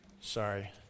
sorry